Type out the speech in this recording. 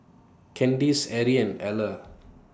Candice Erie and Eller